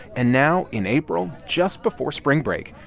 and now in april, just before spring break,